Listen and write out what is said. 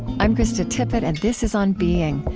i'm krista tippett, and this is on being.